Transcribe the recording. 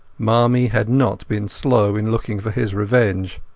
marmie had not been slow in looking for his revenge.